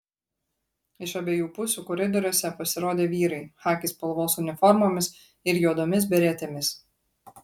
iš abiejų pusių koridoriuose pasirodė vyrai chaki spalvos uniformomis ir juodomis beretėmis